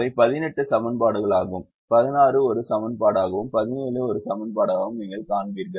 அவை 18 சமன்பாடுகளாகவும் 16 ஒரு சமன்பாடாகவும் 17 ஒரு சமன்பாடாகவும் நீங்கள் காண்பீர்கள்